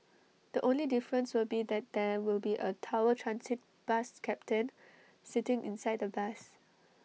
the only difference will be that there will be A tower transit bus captain sitting inside the bus